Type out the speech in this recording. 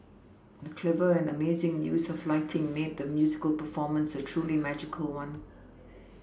the clever and amazing use of lighting made the musical performance a truly magical one